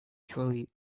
trolley